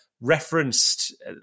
referenced